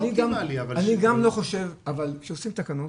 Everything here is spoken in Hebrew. אני גם לא חושב, אבל כשעושים תקנות,